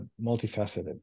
multifaceted